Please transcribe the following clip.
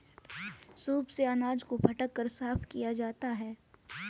soup से अनाज को फटक कर साफ किया जाता है